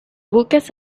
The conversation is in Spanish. buques